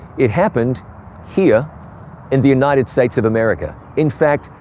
it happened here in the united states of america. in fact,